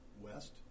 west